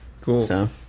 cool